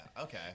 Okay